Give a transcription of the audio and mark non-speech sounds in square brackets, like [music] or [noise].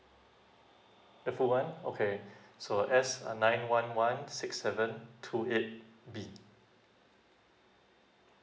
the full one okay [breath] so S uh nine one one six seven two eight B